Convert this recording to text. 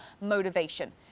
motivation